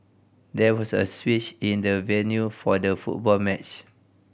there was a switch in the venue for the football match